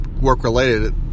work-related